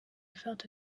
felt